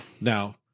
Now